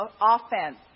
offense